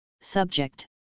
subject